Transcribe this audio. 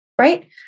right